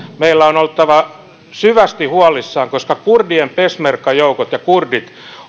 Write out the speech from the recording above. meidän on oltava syvästi huolissamme koska kurdien peshmerga joukot ja kurdit